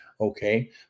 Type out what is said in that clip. Okay